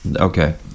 Okay